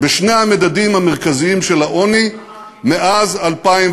בשני המדדים המרכזיים של העוני מאז 2009?